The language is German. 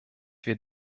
wir